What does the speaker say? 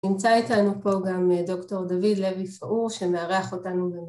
נמצא איתנו פה גם דוקטור דוד לוי פאור שמארח אותנו...